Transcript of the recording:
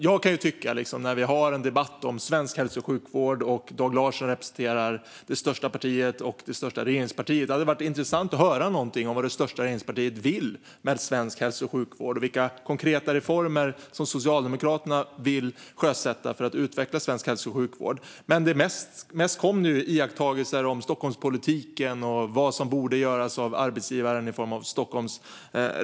Jag kan tycka att när vi har en debatt om svensk hälso och sjukvård och Dag Larsson representerar det största regeringspartiet hade det varit intressant att höra något om vad det största regeringspartiet vill med svensk hälso och sjukvård och vilka konkreta reformer Socialdemokraterna vill sjösätta för att utveckla svensk hälso och sjukvård. Men nu kom mest iakttagelser om Stockholmspolitiken och vad som borde göras av arbetsgivaren Region Stockholm.